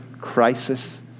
crisis